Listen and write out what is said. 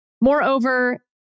Moreover